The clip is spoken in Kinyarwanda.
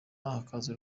hakaza